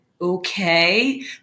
okay